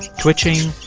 twitching,